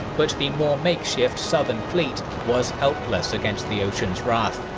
but the more makeshift southern fleet was helpless against the ocean's wrath.